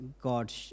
God